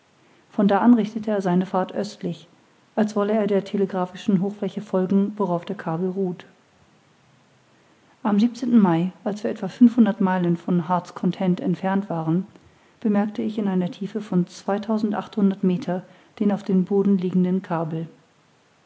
von da an richtete er seine fahrt östlich als wolle er der telegraphischen hochfläche folgen worauf der kabel ruht am mai als wir etwa fünfhundert meilen von heart's content entfernt waren bemerkte ich in einer tiefe von zweitausendachthundert meter den auf dem boden liegenden kabel